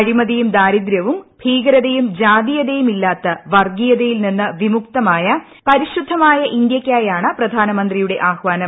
അഴിമതിയും ദാരിദ്ര്യവും ഭീകരതയും ജാതീയതയും ഇല്ലാത്ത വർഗ്ഗീയതയിൽ നിന്ന് വിമുക്തമായ പരിശുദ്ധമായ ഇന്തൃയ്ക്കായാണ് പ്രധാനമന്ത്രിയുടെ ആഹ്വാനം